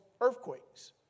earthquakes